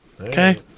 Okay